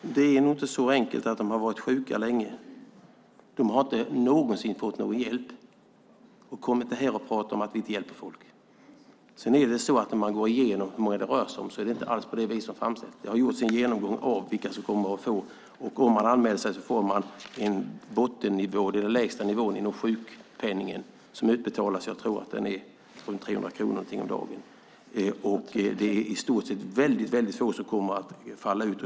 Herr talman! Det är inte så enkelt att de har varit sjuka länge. De har inte någonsin fått någon hjälp. Kom inte här och prata om att vi inte hjälper folk! När man går igenom hur många det rör sig om visar det sig att det inte alls är på det vis som framställs. Om man anmäler sig kommer man att få bottennivån, den lägsta nivån i sjukpenningen som utbetalas. Jag tror att den är omkring 300 kronor om dagen. Det är väldigt få som kommer att falla ut.